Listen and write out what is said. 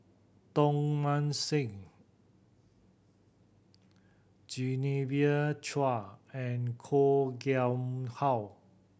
Tong Mah Seng Genevieve Chua and Koh Nguang How